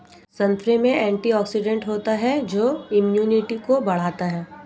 संतरे में एंटीऑक्सीडेंट होता है जो इम्यूनिटी को बढ़ाता है